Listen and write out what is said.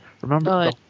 Remember